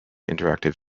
interactive